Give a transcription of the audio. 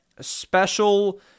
special